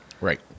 right